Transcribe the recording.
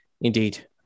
Indeed